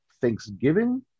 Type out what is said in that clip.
Thanksgiving